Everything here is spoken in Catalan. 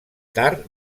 tard